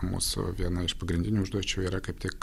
mūsų viena iš pagrindinių užduočių yra kaip tik